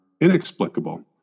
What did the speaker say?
inexplicable